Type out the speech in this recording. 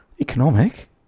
economic